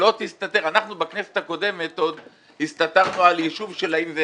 אנחנו בכנסת הקודמת דיברנו על ישוב, האם הוא